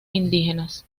indígenas